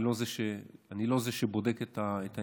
אני לא זה שבודק את העניין.